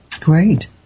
great